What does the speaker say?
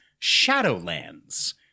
Shadowlands